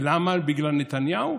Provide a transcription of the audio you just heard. למה בגלל נתניהו?